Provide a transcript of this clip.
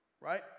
right